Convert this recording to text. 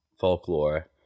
folklore